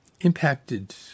Impacted